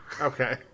okay